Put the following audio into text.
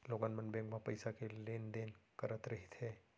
लोगन मन बेंक म पइसा के लेन देन करत रहिथे